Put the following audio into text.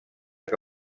que